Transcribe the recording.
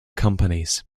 companies